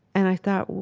and i thought,